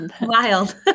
Wild